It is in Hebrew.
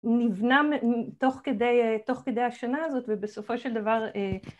נבנה תוך כדי השנה הזאת ובסופו של דבר